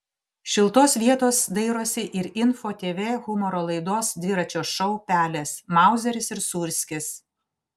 šiltos vietos dairosi ir info tv humoro laidos dviračio šou pelės mauzeris ir sūrskis